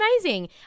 amazing